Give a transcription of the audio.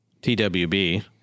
TWB